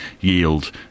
yield